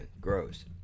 gross